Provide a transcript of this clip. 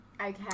Okay